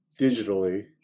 digitally